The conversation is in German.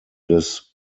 des